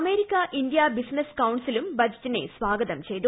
America India business കൌൺസിലും ബജറ്റിനെ സ്വാഗതം ചെയ്തു